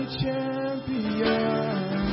champion